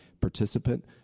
participant